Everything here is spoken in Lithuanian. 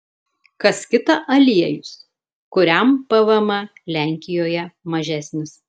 kas kita aliejus kuriam pvm lenkijoje mažesnis